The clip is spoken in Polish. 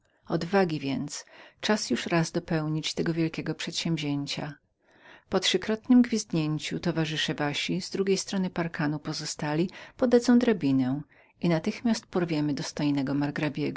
odwaga więc czas już raz dopełnić tego wielkiego przedsięwzięcia po trzykrotnem gwizdnięciu towarzysze wasi z drugiej strony parkanu pozostali podadzą drabinę i natychmiast